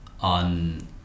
on